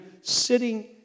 sitting